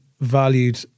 valued